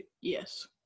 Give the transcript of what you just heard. Yes